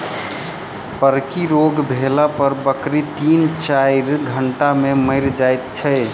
फड़की रोग भेला पर बकरी तीन चाइर घंटा मे मरि जाइत छै